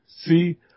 See